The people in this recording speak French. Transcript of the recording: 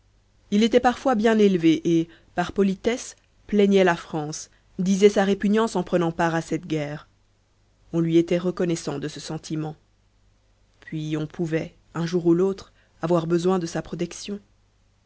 il était parfois bien élevé et par politesse plaignait la france disait sa répugnance en prenant part à cette guerre on lui était reconnaissant de ce sentiment puis on pouvait un jour ou l'autre avoir besoin de sa protection